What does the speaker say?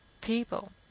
people